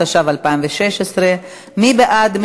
התשע"ו 2016. מי בעד?